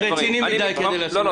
זה רציני מדי כדי --- לא,